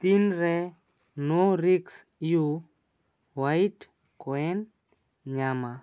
ᱛᱤᱱ ᱨᱮ ᱱᱳ ᱨᱤᱥᱠ ᱤᱭᱩ ᱦᱳᱣᱟᱭᱤᱴ ᱠᱚᱭᱮᱱ ᱧᱟᱢᱟ